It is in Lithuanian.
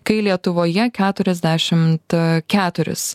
kai lietuvoje keturiasdešimt keturis